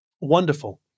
Wonderful